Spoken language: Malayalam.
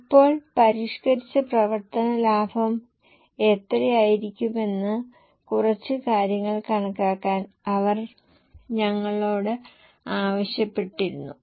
ഇപ്പോൾ പരിഷ്കരിച്ച പ്രവർത്തന ലാഭം എത്രയായിരിക്കുമെന്ന് കുറച്ച് കാര്യങ്ങൾ കണക്കാക്കാൻ അവർ ഞങ്ങളോട് ആവശ്യപ്പെട്ടിരുന്നു